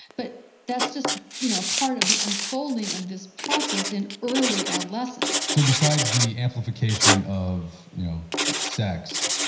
but that's just a you know part of the unfolding of this process in early adolescence so besides the amplification of you know sex,